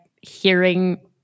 hearing –